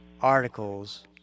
articles